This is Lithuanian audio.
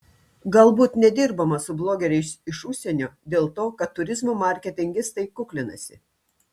galbūt nedirbama su blogeriais iš užsienio dėl to kad turizmo marketingistai kuklinasi